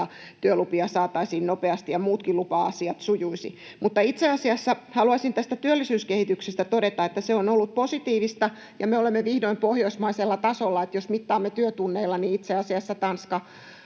työlupia saataisiin nopeasti ja muutkin lupa-asiat sujuisivat. Itse asiassa haluaisin tästä työllisyyskehityksestä todeta, että se on ollut positiivista, ja me olemme vihdoin pohjoismaisella tasolla. Jos mittaamme työtunneilla, niin itse asiassa Tanska,